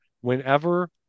whenever